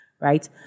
right